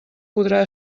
podrà